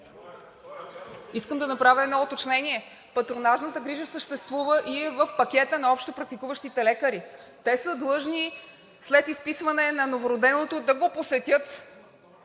Искам да направя едно уточнение. Патронажната грижа съществува и е в пакета на общопрактикуващите лекари. Те са длъжни след изписване на новороденото, да го посетят